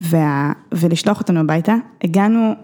וה.. ולשלוח אותנו הביתה, הגענו.